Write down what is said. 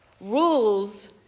Rules